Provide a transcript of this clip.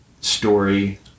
story